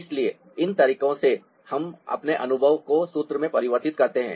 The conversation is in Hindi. इसलिए इन तरीके से हम अपने अनुभव को सूत्र में परिवर्तित करते हैं